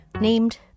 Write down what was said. named